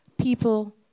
people